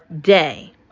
day